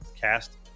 cast